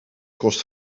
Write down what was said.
kost